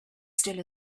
still